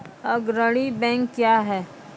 अग्रणी बैंक क्या हैं?